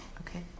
okay